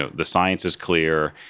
ah the science is clear.